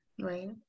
right